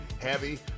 heavy